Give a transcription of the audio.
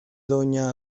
doña